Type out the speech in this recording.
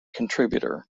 contributor